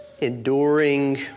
enduring